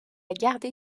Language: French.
gardé